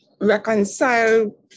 reconcile